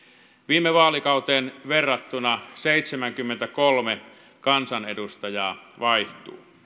viime vaalikauteen verrattuna seitsemänkymmentäkolme kansanedustajaa vaihtuu